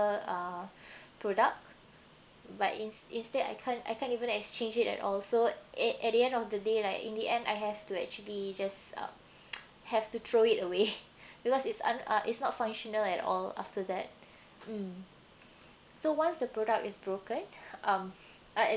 uh product but ins~ instead I can't I can't even exchange it at all so at at the end of the day like in the end I have to actually just um have to throw it away because it's uh it's not functional at all after that mm so once the product is broken um I